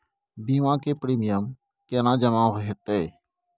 बीमा के प्रीमियम केना जमा हेते?